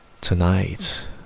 Tonight